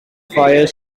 fire